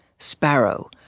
Sparrow